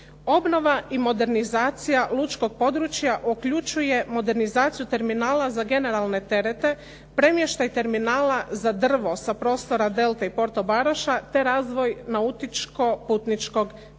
Obnova i modernizacija lučkog područja uključuje modernizaciju terminala za generalne terete, premještaj terminala za drvo sa prostora Delte i Portobaraša te razvoj nautičko-putničkog terminala.